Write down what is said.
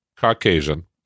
Caucasian